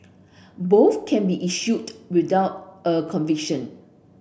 both can be issued without a conviction